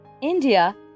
India